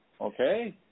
okay